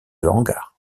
hangars